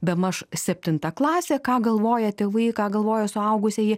bemaž septinta klasė ką galvoja tėvai ką galvoja suaugusieji